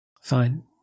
Fine